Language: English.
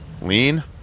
Lean